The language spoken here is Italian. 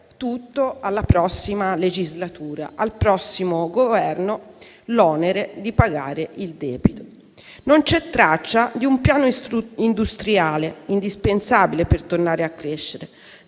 alla prossima legislatura e al prossimo Governo l'onere di pagare tutto il debito. Non c'è traccia di un piano industriale, indispensabile per tornare a crescere.